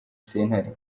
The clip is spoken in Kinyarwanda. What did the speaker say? sentare